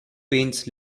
paints